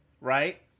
right